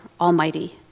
Almighty